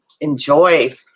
enjoy